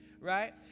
right